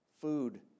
food